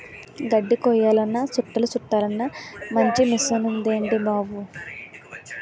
గడ్దిని కొయ్యాలన్నా సుట్టలు సుట్టలన్నా మంచి మిసనుందేటి బాబూ